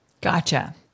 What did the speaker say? Gotcha